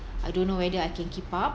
I don't know whether I can keep up